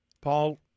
Paul